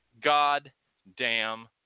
goddamn